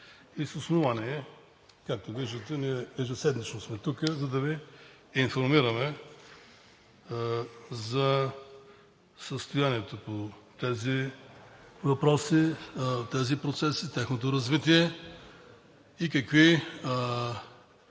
и с основание. Както виждате, ние ежеседмично сме тук, за да Ви информираме за състоянието по тези въпроси, тези процеси, тяхното развитие и какви